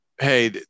Hey